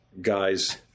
guys